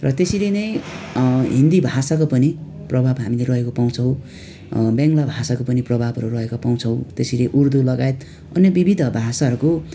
र त्यसरी नै हिन्दी भाषाको पनि प्रभाव हामीले रहेको पाउँछौँ बङ्ला भाषाको पनि प्रभावहरू रहेको पाउँछौँ त्यसरी उर्दू लगायत पनि विविध भाषाहरूको